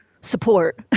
support